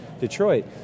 Detroit